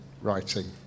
writing